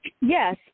Yes